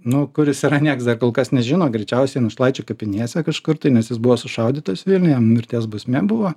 nu kur jis yra nieks dar kol kas nežino greičiausiai našlaičių kapinėse kažkur tai nes jis buvo sušaudytas vilniuje jam mirties bausmė buvo